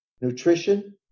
Nutrition